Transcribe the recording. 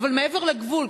אבל מעבר לגבול.